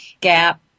Gap